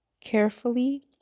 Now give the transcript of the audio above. carefully